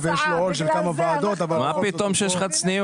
תודה רבה לך ויישר כוח שאתה מקדם את זה.